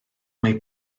mae